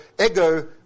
ego